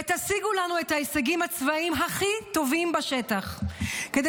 ותשיגו לנו את ההישגים הצבאיים הכי טובים בשטח כדי